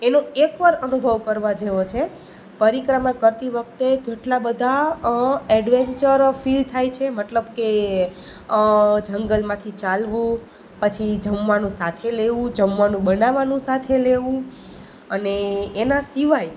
એનો એકવાર અનુભવ કરવા જેવો છે પરિક્રમા કરતી વખતે કેટલા બધા એડવેન્ચરો ફીલ થાય છે મતલબ કે જંગલમાંથી ચાલવું પછી જમવાનું સાથે લેવું જમવાનું બનાવવાનું સાથે લેવું અને એનાં સિવાય